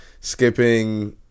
skipping